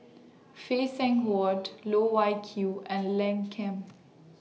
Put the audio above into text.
Phay Seng Whatt Loh Wai Kiew and Lim Ken